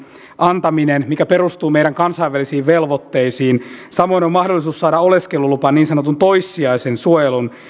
antaminen mikä perustuu meidän kansainvälisiin velvoitteisiimme samoin on mahdollisuus saada oleskelulupa niin sanotun toissijaisen suojelun